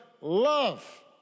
love